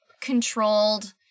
controlled